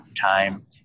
time